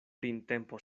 printempo